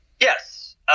Yes